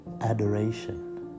adoration